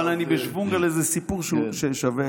אבל אני בשוונג על סיפור ששווה